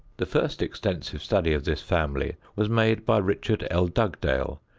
the first extensive study of this family was made by richard l. dugdale,